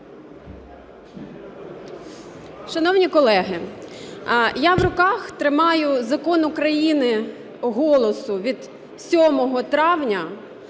Шановні колеги, я в руках тримаю Закон України "Голосу" від 7 травня,